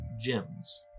gems